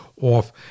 off